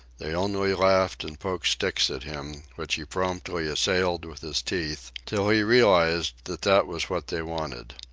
they only laughed and poked sticks at him, which he promptly assailed with his teeth till he realized that that was what they wanted.